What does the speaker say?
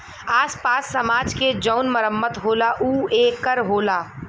आस पास समाज के जउन मरम्मत होला ऊ ए कर होला